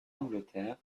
angleterre